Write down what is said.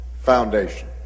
foundation